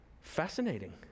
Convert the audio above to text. Fascinating